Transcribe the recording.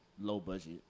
low-budget